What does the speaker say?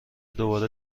دوباره